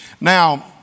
Now